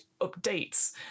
updates